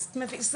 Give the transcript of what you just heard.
אז זה האתגר.